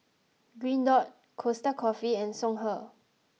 green dot Costa Coffee and Songhe